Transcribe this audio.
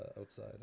outside